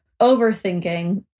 overthinking